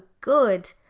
good